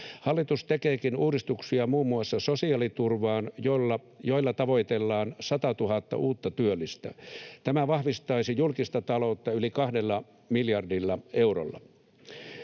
Hallitus tekeekin uudistuksia muun muassa sosiaaliturvaan, joilla tavoitellaan 100 000:ta uutta työllistä. Tämä vahvistaisi julkista taloutta yli kahdella miljardilla eurolla.